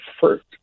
first